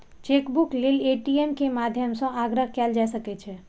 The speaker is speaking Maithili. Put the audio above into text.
चेकबुक लेल ए.टी.एम के माध्यम सं आग्रह कैल जा सकै छै